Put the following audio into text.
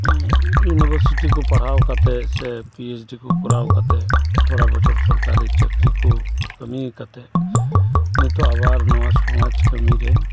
ᱭᱩᱱᱤᱵᱷᱟᱨ ᱥᱤᱴᱤᱠᱩ ᱯᱟᱲᱦᱟᱣ ᱠᱟᱛᱮᱫ ᱥᱮ ᱯᱤᱭᱮᱪᱰᱤ ᱠᱩ ᱠᱚᱨᱟᱣ ᱠᱟᱛᱮᱫ ᱛᱷᱚᱲᱟ ᱵᱚᱪᱷᱚᱨ ᱥᱚᱨᱠᱟᱨᱤ ᱪᱟᱹᱠᱨᱤᱠᱩ ᱠᱟᱹᱢᱤ ᱠᱟᱛᱮᱫ ᱱᱤᱛᱚᱜ ᱟᱵᱟᱨ ᱱᱚᱣᱟ ᱥᱚᱢᱟᱡᱽ ᱠᱟᱹᱢᱤ ᱨᱮ